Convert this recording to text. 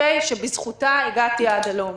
שבזכותה הגעתי עד הלום,